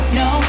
no